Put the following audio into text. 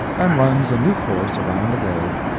and runs a new course around the globe,